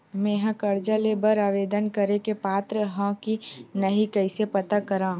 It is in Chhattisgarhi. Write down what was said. मेंहा कर्जा ले बर आवेदन करे के पात्र हव की नहीं कइसे पता करव?